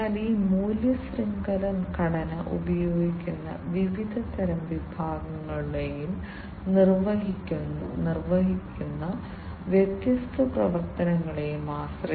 അതിനാൽ വ്യാവസായിക ആപ്ലിക്കേഷനുകൾ നൽകുന്നതിനുള്ള ഉയർന്ന തലത്തിലുള്ള നിർദ്ദിഷ്ട ആവശ്യകതകളിൽ ചിലതാണ് ഇവ